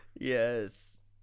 Yes